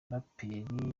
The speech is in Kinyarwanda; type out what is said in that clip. muraperi